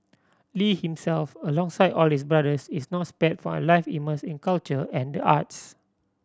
Lee himself alongside all his brothers is not spared from a life immersed in culture and the arts